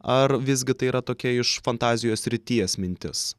ar visgi tai yra tokia iš fantazijos srities mintis